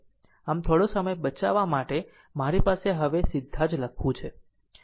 આમ થોડો સમય બચાવવા માટે મારી પાસે હવે સીધા જ લખવું છે